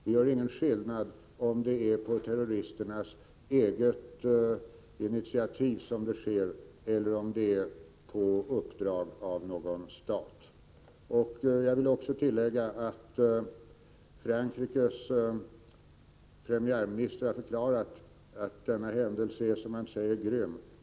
Vi gör ingen skillnad om de sker på terroristernas eget initiativ eller på uppdrag av någon stat. Jag vill tillägga att Frankrikes premiärminister har förklarat att denna händelse är, som han säger, grym.